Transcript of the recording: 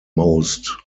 most